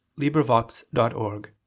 LibriVox.org